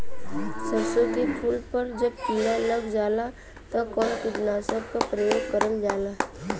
सरसो के फूल पर जब किड़ा लग जाला त कवन कीटनाशक क प्रयोग करल जाला?